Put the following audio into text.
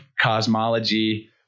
cosmology